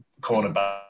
cornerback